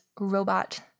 robot